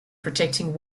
protecting